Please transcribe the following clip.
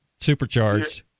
supercharged